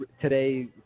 Today